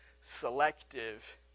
selective